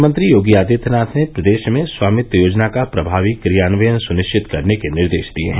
मुख्यमंत्री योगी आदित्यनाथ ने प्रदेश में स्वामित्व योजना का प्रभावी क्रियान्वयन सुनिश्चित करने के निर्देश दिये हैं